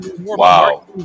Wow